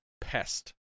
pest